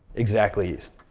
exactly east.